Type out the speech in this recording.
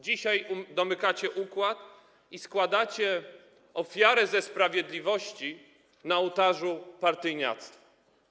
Dzisiaj domykacie układ i składacie ofiarę ze sprawiedliwości na ołtarzu partyjniactwa.